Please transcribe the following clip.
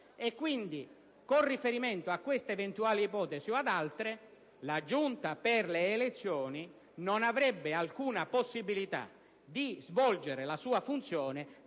e quindi a queste eventuali ipotesi o ad altre, la Giunta per le elezioni non avrebbe alcuna possibilità di svolgere la sua funzione